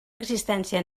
existència